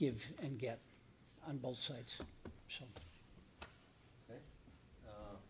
give and get on both sides